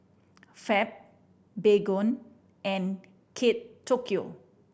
Fab Baygon and Kate Tokyo